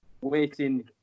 waiting